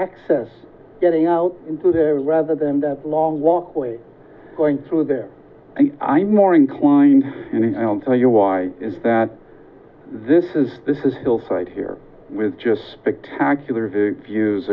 access getting out into there rather than the long walkway going through there and i'm more inclined to you why is that this is this is hillside here with just spectacular views